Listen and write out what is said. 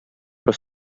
però